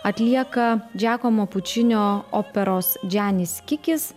atlieka džiakomo pučinio operos džianis skikis